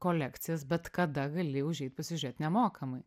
kolekcijas bet kada gali užeit pasižiūrėt nemokamai